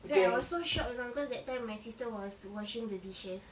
then I was so shock you know because that time my sister was washing the dishes